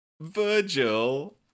virgil